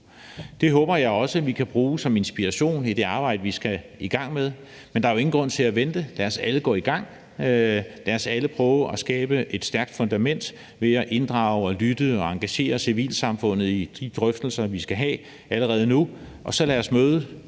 Det håber jeg også at vi kan bruge som inspiration i det arbejde, vi skal i gang med. Men der er jo ingen grund til at vente. Lad os alle gå i gang. Lad os alle prøve at skabe et stærkt fundament ved at inddrage og lytte og engagere civilsamfundet i de drøftelser, vi skal have allerede nu. Og så lad os mødes